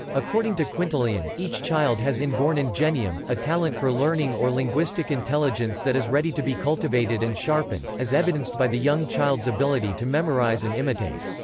according to quintilian, each child has in-born ingenium, a talent for learning or linguistic intelligence that is ready to be cultivated and sharpened, as evidenced by the young child's ability to memorize and imitate.